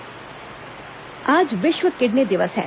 विश्व किडनी दिवस आज विश्व किडनी दिवस है